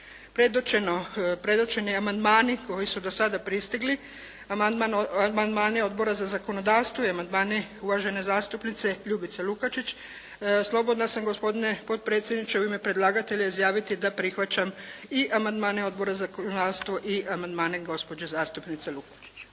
predočeno, predočeni amandmani koji su do sada pristigli, amandmani Odbora za zakonodavstvo i amandmani uvažene zastupnice Ljubice Lukačić slobodna sam, gospodine potpredsjedniče u ime predlagatelja izjaviti da prihvaćam i amandmane Odbora za zakonodavstvo i amandmane gospođe zastupnice Lukačić.